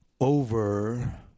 over